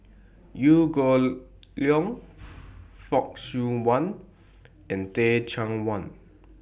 Liew Geok Leong Fock Siew Wah and Teh Cheang Wan